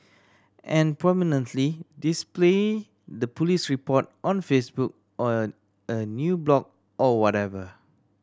and prominently display the police report on Facebook or a a new blog or whatever